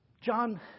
John